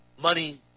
money